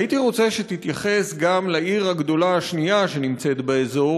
הייתי רוצה שתתייחס גם לעיר הגדולה השנייה שנמצאת באזור,